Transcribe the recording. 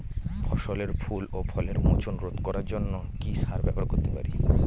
ফসলের ফুল ও ফলের মোচন রোধ করার জন্য কি সার ব্যবহার করতে পারি?